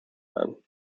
man